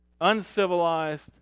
uncivilized